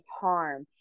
harm